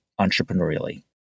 entrepreneurially